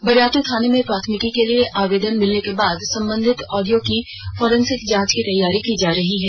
बरियात थाने में प्राथमिकी के लिए आवेदन मिलने के बाद संबंधित आडियो की फोरेंसिक जांच की तैयारी की जा रही है